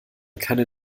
keine